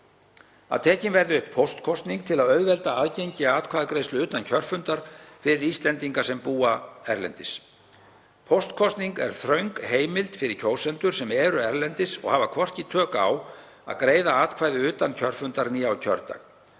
að tekin verði upp póstkosning til að auðvelda aðgengi að atkvæðagreiðslu utan kjörfundar fyrir Íslendinga sem búa erlendis. Póstkosning er þröng heimild fyrir kjósendur sem eru erlendis og hafa hvorki tök á að greiða atkvæði utan kjörfundar né á kjördag.